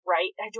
Right